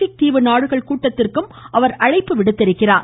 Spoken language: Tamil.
பிக் தீவு நாடுகள் கூட்டத்திற்கும் அவர் அழைப்பு விடுத்திருக்கிறார்